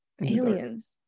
aliens